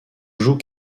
joue